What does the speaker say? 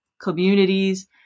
communities